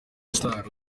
star